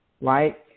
right